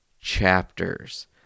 chapters